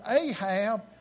Ahab